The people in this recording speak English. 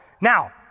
Now